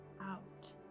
Out